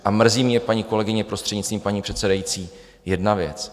A mrzí mě, paní kolegyně prostřednictvím paní předsedající, jedna věc.